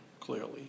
clearly